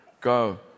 Go